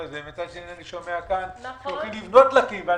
מצד שני, אני שומע כאן שיש עוד דלקים.